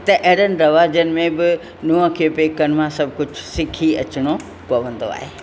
त अहिड़नि रवाज़नि में बि नुंहं खे पेकनि मां सभु कुझु सिखी अचिणो पवंदो आहे